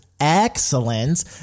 Excellent